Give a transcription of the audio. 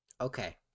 Okay